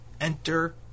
enter